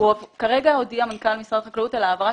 כרגע הודיע מנכ"ל משרד החקלאות על העברת